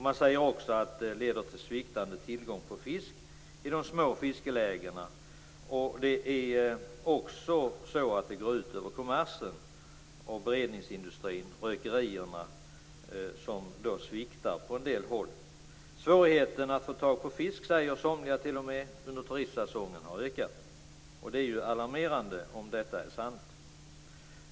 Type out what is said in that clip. Man säger också att det leder till sviktande tillgång på fisk i de små fiskelägena och att det går ut över kommersen i beredningsindustrin och rökerierna, som sviktar på en del håll. Somliga säger t.o.m. att det har blivit svårare att få tag på fisk under turistsäsongen, och det är ju alarmerande om detta är sant.